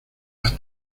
las